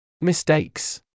Mistakes